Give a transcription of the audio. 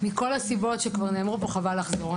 מכל הסיבות שכבר נאמרו פה חבל לחזור.